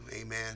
Amen